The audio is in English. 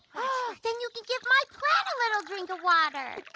then you can give my plant a little drink of water.